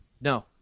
No